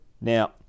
Now